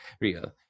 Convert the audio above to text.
real